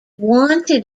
wanted